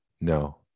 no